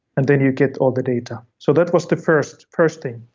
and then you get all the data. so that was the first first thing.